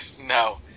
No